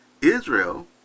Israel